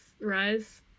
rise